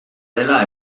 dela